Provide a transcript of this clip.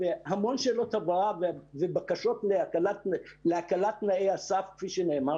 המון שאלות הבהרה ובקשות להקלת תנאי הסף כפי שנאמר